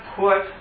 put